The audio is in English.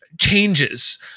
changes